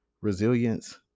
resilience